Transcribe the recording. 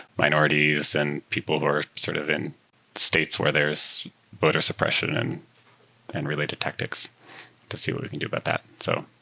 minorities and people who are sort of in states where there's voter suppression and and related tactics so see what we can do about that. so